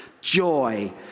joy